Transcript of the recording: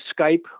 Skype